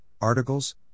articles